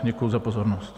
Děkuji za pozornost.